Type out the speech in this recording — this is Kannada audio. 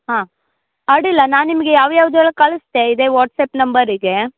ಹಾಂ ಅಡ್ಡಿಲ್ಲ ನಾನು ನಿಮ್ಗೆ ಯಾವ್ಯಾವ್ದೇಳಿ ಕಳಿಸ್ತೆ ಇದೇ ವಾಟ್ಸ್ಯಾಪ್ ನಂಬರಿಗೆ